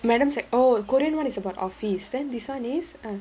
madam sec~ oh korean one is about office then this one is uh